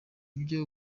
ibyo